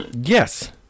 Yes